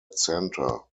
center